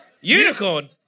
Unicorn